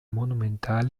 monumentale